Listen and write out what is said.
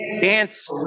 dance